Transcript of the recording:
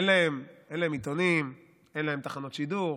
אין להם עיתונים, אין להם תחנות שידור,